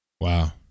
Wow